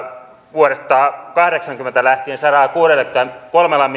vuodesta kahdeksankymmentä lähtien sadallakuudellakymmenelläkolmella